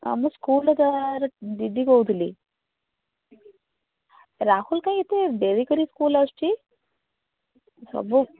ଆମ ସ୍କୁଲର ତାର ଦିଦି କହୁଥିଲି ରାହୁଲ କାହିଁ ଏତେ ଡେରିକରି ସ୍କୁଲ ଆସୁଛି ସବୁ